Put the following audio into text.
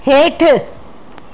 हेठि